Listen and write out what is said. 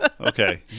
Okay